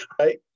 right